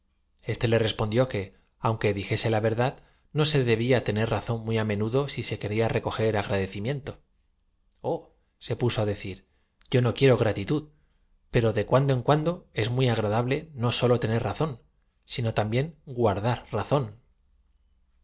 este le respondió que auoque dijese la verdad no se debía tener razón m uy á menudo si se quería recoger agra decimiento i h se puso á decir y o no quiero grati tud poro de cuando eo cuando ea muy agradable no sólo tener razón sino también guardar razón